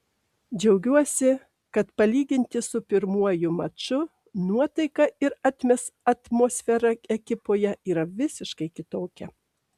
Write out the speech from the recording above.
džiaugiuosi kad palyginti su pirmuoju maču nuotaika ir atmosfera ekipoje yra visiškai kitokia